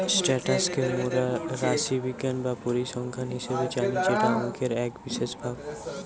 status কে মোরা রাশিবিজ্ঞান বা পরিসংখ্যান হিসেবে জানি যেটা অংকের এক বিশেষ ভাগ